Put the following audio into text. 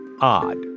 odd